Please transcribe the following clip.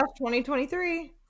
2023